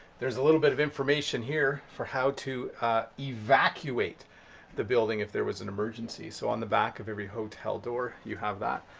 there's a little bit of information here for how to evacuate the building if there was an emergency. so on the back of every hotel door, you have that.